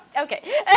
Okay